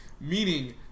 Meaning